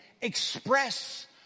express